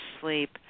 sleep